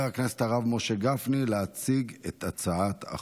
הכנסת הרב משה גפני להציג את הצעת החוק.